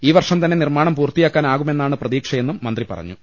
ഈ വർഷം തന്നെ നിർമ്മാണം പൂർത്തിയാക്കാനാകുമെന്നാണ് പ്രതീ ക്ഷയെന്നും മന്ത്രി പറഞ്ഞു